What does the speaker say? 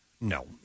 No